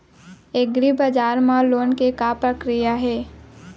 एग्रीबजार मा लोन के का प्रक्रिया हे?